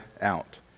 out